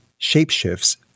shapeshifts